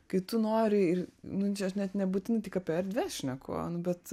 kai tu nori ir nu čia aš net nebūtinai tik apie erdves šneku nu bet